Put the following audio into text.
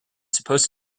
supposed